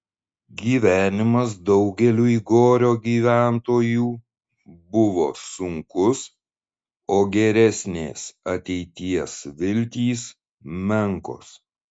gyvenimas daugeliui gorio gyventojų buvo sunkus o geresnės ateities viltys menkos